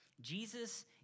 Jesus